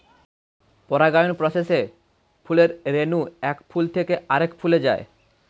পরাগায়ন প্রসেসে ফুলের রেণু এক ফুল থেকে আরেক ফুলে যায়